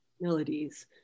melodies